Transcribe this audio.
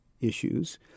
issues